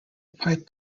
pipe